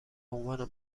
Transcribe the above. عنوان